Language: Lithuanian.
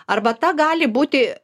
arbata gali būti